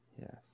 Yes